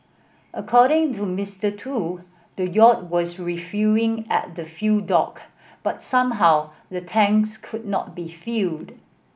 according to Mister Tu the yacht was refuelling at the fuel dock but somehow the tanks could not be filled